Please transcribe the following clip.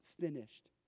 finished